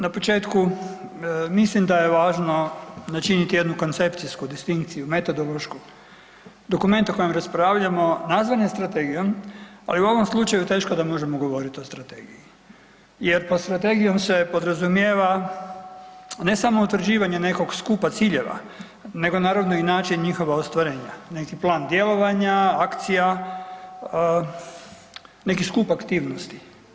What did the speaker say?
Na početku mislim da je važno načiniti jednu koncepcijsku distinkciju metodološku dokumenta o kojem raspravljamo nazvane strategijom, ali u ovom slučaju teško da možemo govorit o strategiji jer pod strategijom se podrazumijeva ne samo utvrđivanje nekog skupa ciljeva nego naravno i način njihova ostvarenja, neki plan djelovanja, akcija, neki skup aktivnosti.